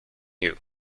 you